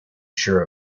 sure